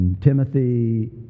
Timothy